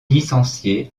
licencié